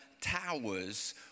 towers